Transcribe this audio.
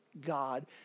God